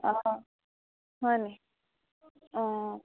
অঁ হয়নি অঁ